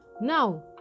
Now